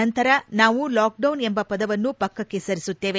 ನಂತರ ನಾವು ಲಾಕ್ಡೌನ್ ಎಂಬ ಪದವನ್ನು ಪಕ್ಕಕ್ಕೆ ಸರಿಸುತ್ತೇವೆ